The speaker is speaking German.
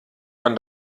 man